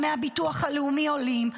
דמי הביטוח הלאומי עולים,